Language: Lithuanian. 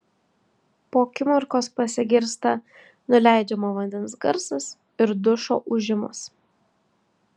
po akimirkos pasigirsta nuleidžiamo vandens garsas ir dušo ūžimas